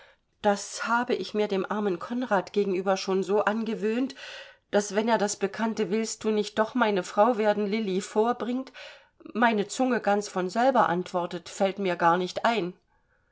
das habe ich mir dem armen konrad gegenüber schon so angewöhnt daß wenn er das bekannte willst du nicht doch meine frau werden lilli vorbringt meine zunge ganz von selber antwortet fällt mir gar nicht ein